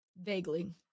Vaguely